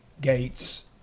Gates